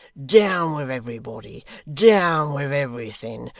down with everybody, down with everything!